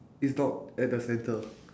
it's not at the center